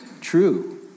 true